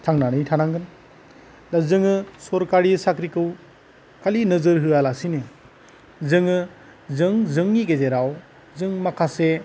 थांनानै थानांगोन दा जोङो सरकारि साख्रिखौ खालि नोजोर होआलासिनो जोङो जों जोंनि गेजेराव जों माखासे